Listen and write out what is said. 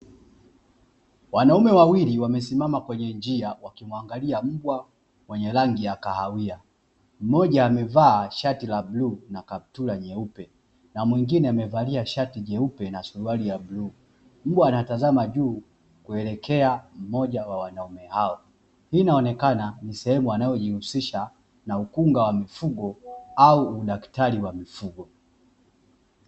Wanaume wawili wamesimama kwenye njia wakimwangalia mbwa mwenye rangi ya kahawia. Mmoja amevaa shati la bluu na kaptura nyeupe na mwingine amevalia shati jeupe na suruali ya bluu. Mbwa anatazama juu kuelekea mmoja wa wanaume hao. Hii inaonekana ni sehemu wanayojihusisha na ukunga wa mifugo au udaktari wa mifugo.